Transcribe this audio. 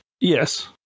Yes